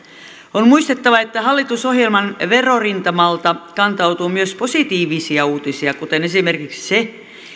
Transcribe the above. on muistettava että hallitusohjelman verorintamalta kantautuu myös positiivisia uutisia kuten esimerkiksi se